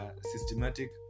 systematic